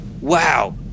wow